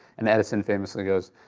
and edison famously goes,